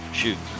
shoot